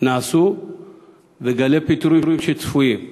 נעשו ועל גלי פיטורים שצפויים.